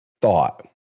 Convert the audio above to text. thought